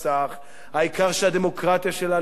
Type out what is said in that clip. העיקר שהדמוקרטיה שלנו עוד תבעט,